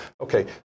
Okay